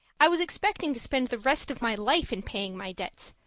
i was expecting to spend the rest of my life in paying my debts,